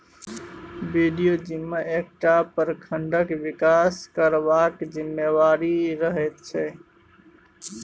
BDO जिम्मा एकटा प्रखंडक बिकास करबाक जिम्मेबारी रहैत छै